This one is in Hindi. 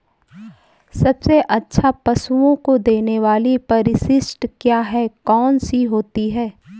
सबसे अच्छा पशुओं को देने वाली परिशिष्ट क्या है? कौन सी होती है?